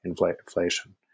inflation